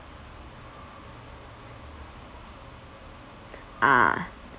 ah